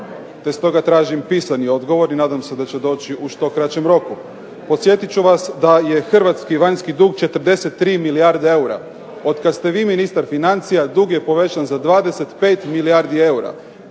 te stoga tražim pisani odgovor i nadam se da će doći u što kraćem roku. Podsjetit ću vas da je Hrvatski vanjski dug 43 milijarde eura, od kada ste vi ministar financija dug je povećan za 25 milijardi eura.